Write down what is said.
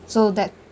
so that